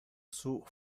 sur